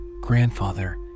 grandfather